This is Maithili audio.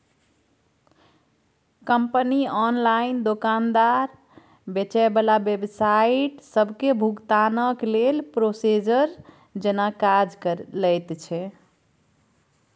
कंपनी ऑनलाइन दोकानदार, बेचे बला वेबसाइट सबके भुगतानक लेल प्रोसेसर जेना काज लैत छै